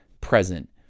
present